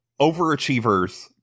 overachievers